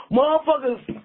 Motherfuckers